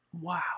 Wow